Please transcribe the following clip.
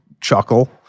chuckle